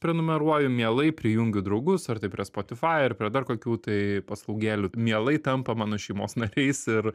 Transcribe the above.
prenumeruoju mielai prijungiu draugus ar taip yra spotify ir prie dar kokių tai paslaugėlių mielai tampa mano šeimos nariais ir